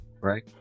Right